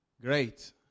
Great